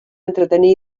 entretenir